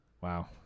Wow